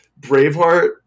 Braveheart